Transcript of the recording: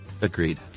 Agreed